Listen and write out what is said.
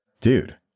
Dude